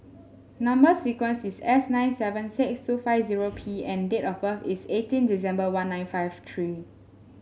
number sequence is S nine seven six two five zero P and date of birth is eighteen December one nine five three